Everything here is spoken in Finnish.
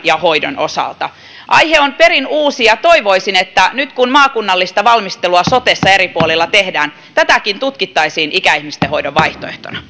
ja hoidon osalta aihe on perin uusi ja toivoisin että nyt kun maakunnallista valmistelua sotessa eri puolilla tehdään tätäkin tutkittaisiin ikäihmisten hoidon vaihtoehtona